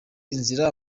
inzira